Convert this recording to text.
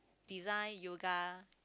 design yoga